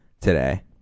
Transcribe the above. today